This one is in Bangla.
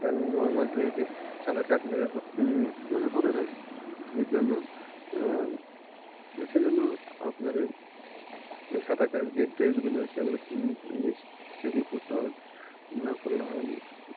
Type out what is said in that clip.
কেন নর্মাল ড্রেসে সাঁতার কাটলে মানে হবে না এর জন্য সে জন্য আপনার সাঁতার কাটার যে ড্রেসগুলো সেগুলো সেগুলো পরতে হবে না পরলে হবে না